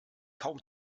kaum